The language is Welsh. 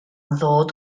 ddod